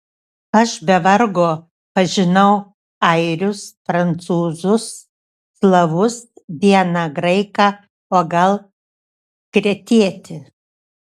aš be vargo pažinau airius prancūzus slavus vieną graiką o gal kretietį